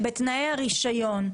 בתנאי הרישיון,